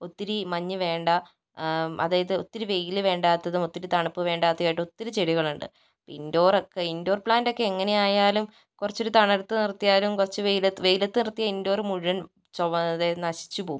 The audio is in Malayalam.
ഒത്തിരി മഞ്ഞു വേണ്ട അതായത് ഒത്തിരി വെയിൽ വേണ്ടാത്തതും ഒത്തിരി തണുപ്പ് വേണ്ടാത്തതും ആയിട്ടും ഒത്തിരി ചെടികളുണ്ട് ഇപ്പം ഇൻഡൊറൊക്കെ ഇൻഡോർ പ്ലാൻന്റൊക്കെ എങ്ങനെയായാലും കുറച്ചൊരു തണലത്ത് നിർത്തിയാലും കുറച്ചു വെയില വെയിലത്ത് നിർത്തിയാൽ ഇൻഡോർ മുഴുവൻ ചൊവ്വ അതായത് നശിച്ചു പോകും